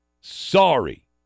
sorry